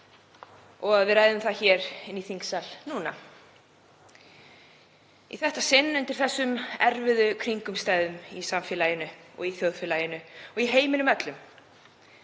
að við ræðum það í þingsal núna í þetta sinn undir þessum erfiðu kringumstæðum í samfélaginu, í þjóðfélaginu og í heiminum öllum.